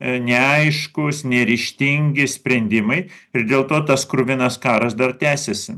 neaiškūs neryžtingi sprendimai ir dėl to tas kruvinas karas dar tęsiasi